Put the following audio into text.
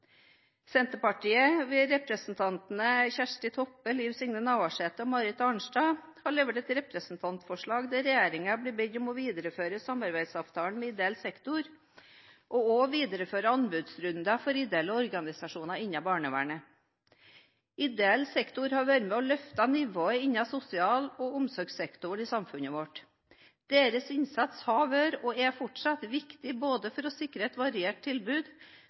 Senterpartiet, ved representantene Kjersti Toppe, Liv Signe Navarsete og Marit Arnstad, har levert inn et representantforslag der regjeringen blir bedt om å videreføre samarbeidsavtalen med ideell sektor og også videreføre anbudsrunder for ideelle organisasjoner innen barnevernet. Ideell sektor har vært med på å løfte nivået innen sosial- og omsorgssektoren i samfunnet vårt. Deres innsats har vært, og er fortsatt, viktig for å sikre et variert tilbud,